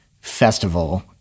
festival